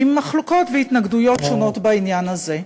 עם מחלוקות והתנגדויות שונות בעניין הזה.